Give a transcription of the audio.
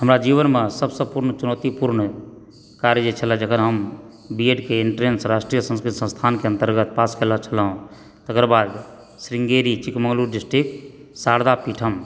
हमरा जीवनमे सबसँ पूर्ण चुनौती पूर्ण कार्य जे छलऽ जखन हम बीएडके इन्ट्रेन्स राष्ट्रीय संस्कृत संस्थानके अन्तर्गत पास केलए छलहुँ तकर बाद श्रृंगेरी चिकमालो डिस्ट्रिक्ट शारदापीठम